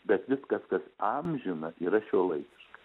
bet viskas kas amžina yra šiuolaikiška